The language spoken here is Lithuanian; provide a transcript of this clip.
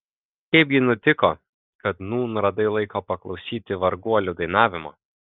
kaipgi nutiko kad nūn radai laiko paklausyti varguolių dainavimo